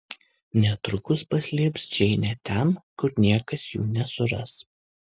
netrukus paslėps džeinę ten kur niekas jų nesuras